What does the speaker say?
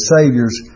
Savior's